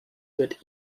wird